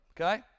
okay